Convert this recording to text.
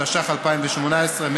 התשע"ח 2018,